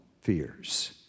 fears